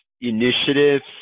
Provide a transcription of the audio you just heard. initiatives